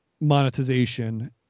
monetization